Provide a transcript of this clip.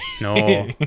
No